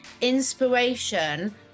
inspiration